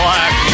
Black